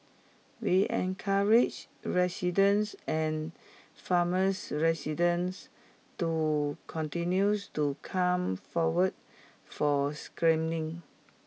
we encourage residents and farmers residents to continues to come forward for screening